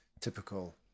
typical